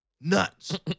nuts